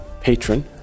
patron